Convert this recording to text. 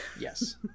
Yes